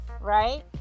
right